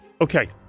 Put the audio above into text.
Okay